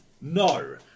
no